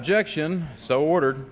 objection so ordered